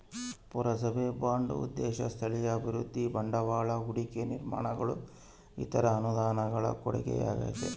ಪುರಸಭೆಯ ಬಾಂಡ್ ಉದ್ದೇಶ ಸ್ಥಳೀಯ ಅಭಿವೃದ್ಧಿ ಬಂಡವಾಳ ಹೂಡಿಕೆ ನಿರ್ಮಾಣಗಳು ಇತರ ಅನುದಾನಗಳ ಕೊಡುಗೆಯಾಗೈತೆ